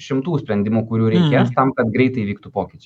šimtų sprendimų kurių reikės tam kad greitai įvyktų pokyčiai